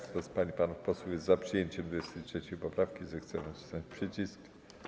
Kto z pań i panów posłów jest za przyjęciem 23. poprawki, zechce nacisnąć przycisk.